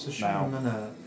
now